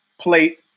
plate